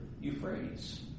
Euphrates